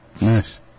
nice